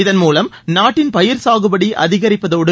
இதன்மூலம் நாட்டின் பயிர் சாகுபடி அதிகரிப்பதோடு